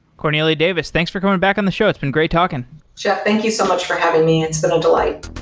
corneila davis, thanks for coming back on the show. it's been great talking jeff, thank you so much for having me. it's been a delight.